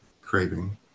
Craving